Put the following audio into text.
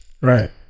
Right